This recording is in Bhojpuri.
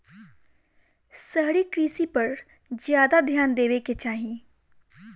शहरी कृषि पर ज्यादा ध्यान देवे के चाही